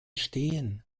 stehen